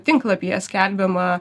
tinklapyje skelbiama